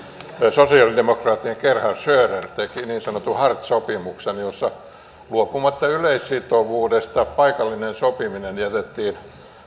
sosialidemokraattien gerhard schröder teki niin sanotun hartz sopimuksen jossa luopumatta yleissitovuudesta paikallinen sopiminen jätettiin